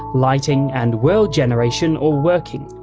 lighting, and world generation all working.